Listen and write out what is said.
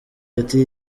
ati